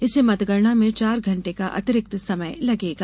इससे मतगणना में चार घंटे का अतिरिक्त समय लगेगा